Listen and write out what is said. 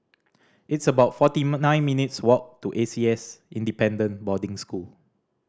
it's about forty nine minutes' walk to A C S Independent Boarding School